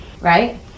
Right